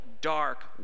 dark